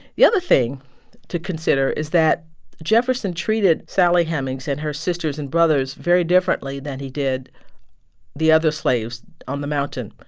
the other thing to consider is that jefferson treated sally hemings and her sisters and brothers very differently than he did the other slaves on the mountain.